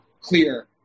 clear